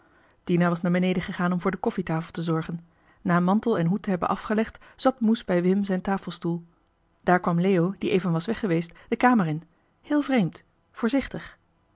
was naar beneden gegaan om voor de koffietafel te zorgen na mantel en hoed te hebben afgelegd zat moes bij wim zijn tafelstoel daar kwam leo die even was weggeweest de kamer in heel vreemd voorzichtig